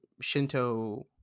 Shinto